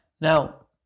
Now